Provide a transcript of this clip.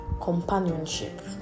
companionship